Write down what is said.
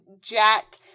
Jack